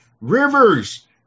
rivers